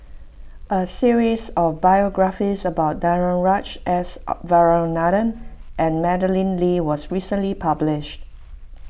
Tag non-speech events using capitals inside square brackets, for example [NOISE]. a series of biographies about Danaraj S [HESITATION] Varathan and Madeleine Lee was recently published